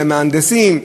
למהנדסים.